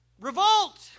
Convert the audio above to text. revolt